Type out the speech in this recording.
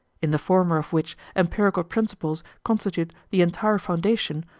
in the former of which empirical principles constitute the entire foundation,